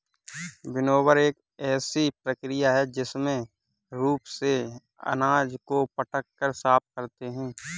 winnower एक ऐसी प्रक्रिया है जिसमें रूप से अनाज को पटक कर साफ करते हैं